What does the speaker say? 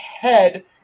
head